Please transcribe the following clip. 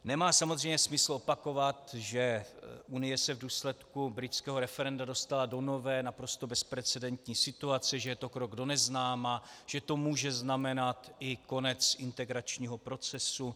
Nemá samozřejmě smysl opakovat, že Unie se důsledku britského referenda dostala do nové, naprosto bezprecedentní situace, že je to krok do neznáma, že to může znamenat i konec integračního procesu.